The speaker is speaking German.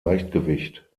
leichtgewicht